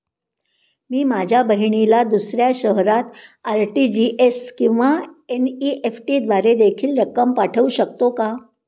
मी माझ्या बहिणीला दुसऱ्या शहरात आर.टी.जी.एस किंवा एन.इ.एफ.टी द्वारे देखील रक्कम पाठवू शकतो का?